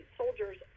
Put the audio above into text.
soldiers